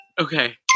Okay